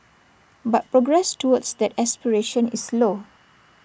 but progress towards that aspiration is slow